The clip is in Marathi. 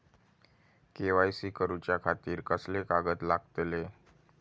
के.वाय.सी करूच्या खातिर कसले कागद लागतले?